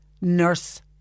nurse